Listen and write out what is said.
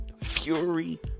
Fury